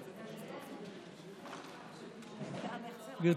תמשיכי לנפנף בידיים, זה לא מרשים אותי.